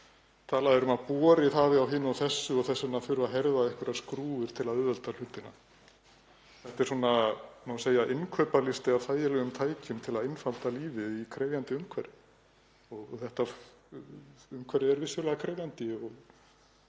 Talað er um að borið hafi á hinu og þessu og þess vegna þurfi að herða einhverjar skrúfur til að auðvelda hlutina. Þetta er, má segja, innkaupalisti af þægilegum tækjum til að einfalda lífið í krefjandi umhverfi. Þetta umhverfi er vissulega krefjandi og